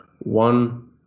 one